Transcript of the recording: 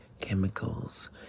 chemicals